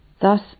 thus